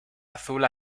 azul